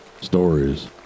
Stories